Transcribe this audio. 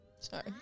Sorry